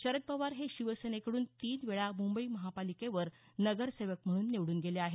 शरद पवार हे शिवसेनेकड्रन तीन वेळा मुंबई महापालिकेवर नगरसेवक म्हणून निवड्रन गेले आहेत